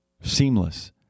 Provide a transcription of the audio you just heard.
seamless